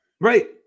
Right